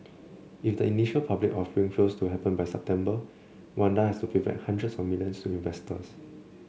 if the initial public offering fails to happen by September Wanda has to pay back hundreds of millions to investors